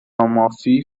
مافی